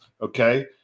Okay